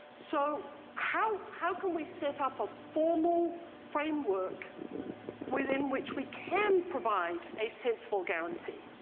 so, how how can we set up a formal framework within which we can provide a sensible guarantee.